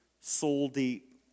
soul-deep